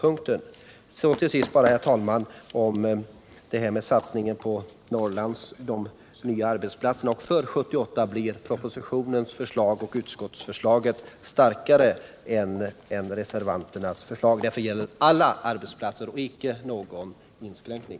Beträffande stödet till de nya arbetsplatserna i Norrland innebär propositionen och utskottets förslag ett starkare stöd för 1978 än reservanternas, därför att det gäller alla arbetsplatser utan inskränkning.